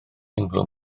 ynghlwm